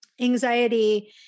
anxiety